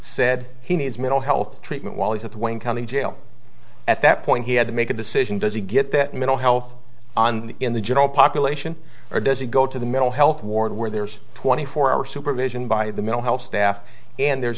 said he needs mental health treatment while he's at the wayne county jail at that point he had to make a decision does he get that mental health on the in the general population or does he go to the mental health ward where there's a twenty four hour supervision by the mental health staff and there's